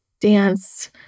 dance